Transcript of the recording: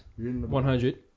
100